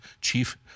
chief